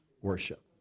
worship